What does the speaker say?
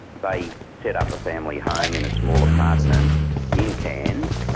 they set up a family home in a small apartment in cairns,